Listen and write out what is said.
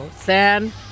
San